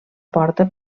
porta